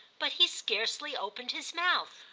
but he scarcely opened his mouth.